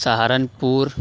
Saharanpur